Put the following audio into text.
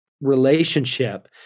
relationship